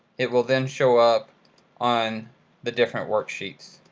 it will then show up on the different worksheets.